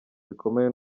bikomeye